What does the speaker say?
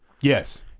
Yes